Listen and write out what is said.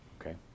Okay